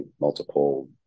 multiple